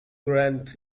granth